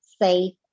safe